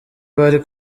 bari